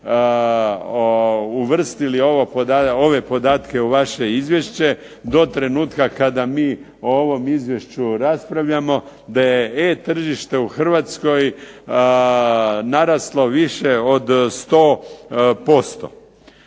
uvrstili ove podatke u vaše izvješće, do trenutka kada mi o ovom izvješću raspravljamo, da je e-tržište u Hrvatskoj naraslo više od 100%.